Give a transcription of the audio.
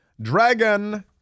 Dragon